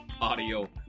audio